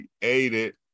created